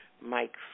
Mike